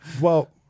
Well-